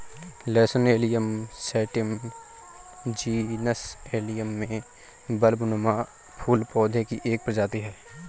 लहसुन Allium sativum genus Allium में बल्बनुमा फूल वाले पौधे की एक प्रजाति है